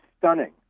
stunning